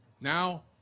Now